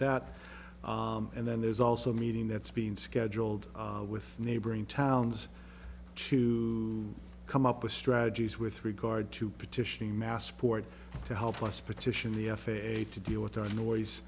that and then there's also a meeting that's being scheduled with neighboring towns to come up with strategies with regard to petitioning massport to help us petition the f a a to deal with the noise